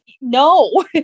No